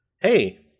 hey